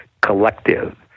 collective